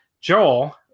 Joel